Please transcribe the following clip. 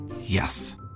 Yes